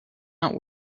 out